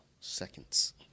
Seconds